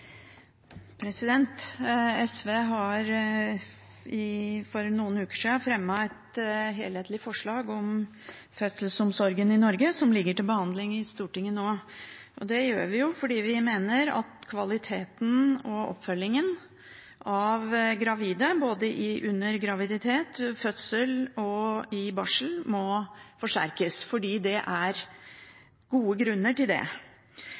SV har for noen uker siden fremmet et helhetlig forslag om fødselsomsorgen i Norge, som ligger til behandling i Stortinget nå. Det gjorde vi fordi vi mener at kvaliteten og oppfølgingen av gravide, både under graviditet, fødsel og i barsel, må forsterkes – det er gode grunner til det.